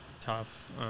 tough